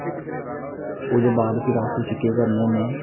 ओह्दे बाद फिर अस उसी केह् करने होन्ने